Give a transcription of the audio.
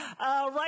Right